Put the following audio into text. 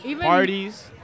parties